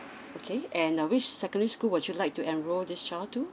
okay and uh which secondary school would you like to enrol this child to